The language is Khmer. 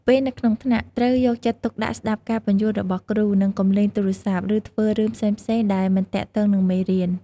ពេលនៅក្នុងថ្នាក់ ត្រូវយកចិត្តទុកដាក់ស្តាប់ការពន្យល់របស់គ្រូ និងកុំលេងទូរស័ព្ទ ឬធ្វើរឿងផ្សេងៗដែលមិនទាក់ទងនឹងមេរៀន។